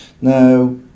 Now